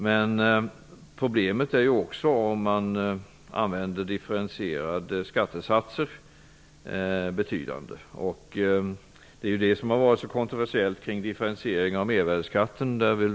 Men det blir betydande problem om man använder differentierade skattesatser. Det är ju det som har gjort frågan om differentiering av mervärdesskatten så kontroversiell.